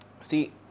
See